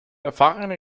erfahrene